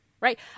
right